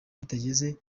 kitageze